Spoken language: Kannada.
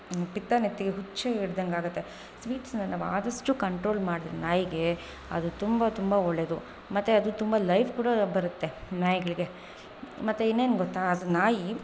ಪಿತ್ತ ನೆತ್ತಿ ಹುಚ್ಚು ಹಿಡ್ಡಂಗೆ ಆಗುತ್ತೆ ಸ್ವೀಟ್ಸ್ನೆಲ್ಲ ನಾವು ಆದಷ್ಟು ಕಂಟ್ರೋಲ್ ಮಾಡಿದ್ರೆ ನಾಯಿಗೆ ಅದು ತುಂಬ ತುಂಬ ಒಳ್ಳೇದು ಮತ್ತೆ ಅದು ತುಂಬ ಲೈಫ್ ಕೂಡ ಬರುತ್ತೆ ನಾಯಿಗಳಿಗೆ ಮತ್ತೆ ಇನ್ನೇನು ಗೊತ್ತಾ ಅದು ನಾಯಿ